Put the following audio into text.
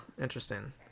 Interesting